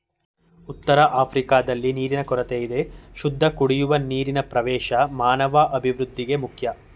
ಉತ್ತರಆಫ್ರಿಕಾದಲ್ಲಿ ನೀರಿನ ಕೊರತೆಯಿದೆ ಶುದ್ಧಕುಡಿಯುವ ನೀರಿನಪ್ರವೇಶ ಮಾನವಅಭಿವೃದ್ಧಿಗೆ ಮುಖ್ಯ